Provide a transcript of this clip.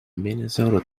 minnesota